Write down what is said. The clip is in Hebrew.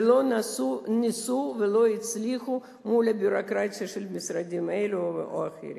ולא ניסו ולא הצליחו מול הביורוקרטיה של משרדים אלו או אחרים.